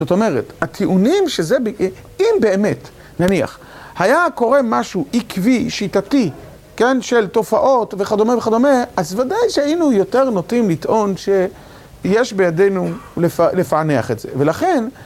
זאת אומרת, הטיעונים שזה, אם באמת, נניח, היה קורה משהו עקבי, שיטתי, כן, של תופעות וכדומה וכדומה, אז ודאי שהיינו יותר נוטים לטעון שיש בידינו לפענח את זה, ולכן...